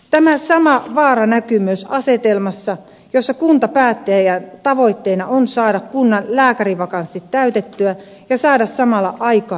tämä sama vaara näkyy myös asetelmassa jossa kuntapäättäjien tavoitteena on saada kunnan lääkärivakanssit täytettyä ja saada samalla aikaan säästöä